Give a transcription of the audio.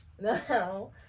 No